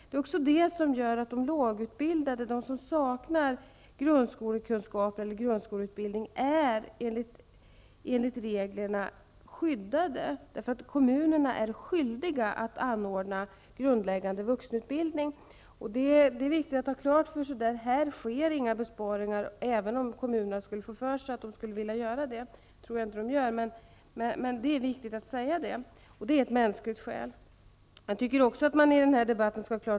Det är också det som gör att de lågutbildade, de som saknar grundskolekunskaper, enligt reglerna är skyddade, därför att kommunerna är skyldiga att anordna grundläggande vuxenutbildning. Det är viktigt att ha klart för sig att det inte görs några besparingar här, även om kommunerna skulle vilja göra det -- jag tror inte att de gör det.